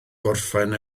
gorffen